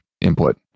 input